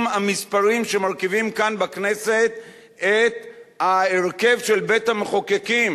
המספרים שמרכיבים כאן בכנסת את ההרכב של בית-המחוקקים,